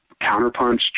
Counterpunch